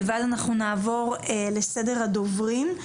ואז אנחנו נעבור לסדר הדוברים.